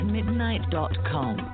Midnight.com